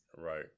Right